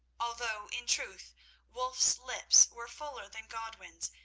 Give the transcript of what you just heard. although in truth wulf's lips were fuller than godwin's,